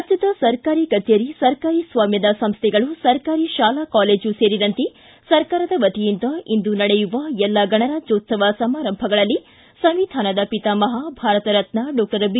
ರಾಜ್ಞದ ಸರ್ಕಾರಿ ಕಚೇರಿ ಸರ್ಕಾರಿ ಸ್ನಾಮ್ಗದ ಸಂಸ್ಥೆಗಳು ಸರ್ಕಾರಿ ಶಾಲಾ ಕಾಲೇಜು ಸೇರಿದಂತೆ ಸರ್ಕಾರದ ವತಿಯಿಂದ ಇಂದು ನಡೆಯುವ ಎಲ್ಲ ಗಣರಾಜ್ಯೋತ್ಲವ ಸಮಾರಂಭಗಳಲ್ಲಿ ಸಂವಿಧಾನದ ಪಿತಾಮಹ ಭಾರತರತ್ನ ಡಾಕ್ಟರ್ ಬಿ